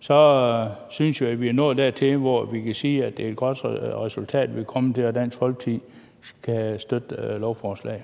så synes jeg, vi er nået dertil, hvor vi kan sige, at det er et godt resultat, vi er kommet frem til. Dansk Folkeparti kan støtte lovforslaget.